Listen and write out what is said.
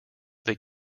they